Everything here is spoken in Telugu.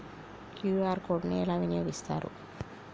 క్యూ.ఆర్ కోడ్ ని ఎలా వినియోగిస్తారు?